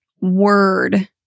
word